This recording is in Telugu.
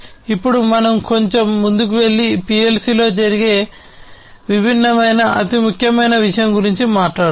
ఇప్పుడు మనం కొంచెం ముందుకు వెళ్లి PLC లో జరిగే విభిన్నమైన అతి ముఖ్యమైన విషయం గురించి మాట్లాడుదాం